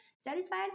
satisfied